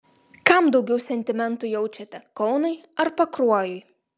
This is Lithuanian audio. kam daugiau sentimentų jaučiate kaunui ar pakruojui